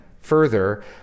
Further